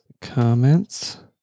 comments